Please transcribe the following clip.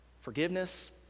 forgiveness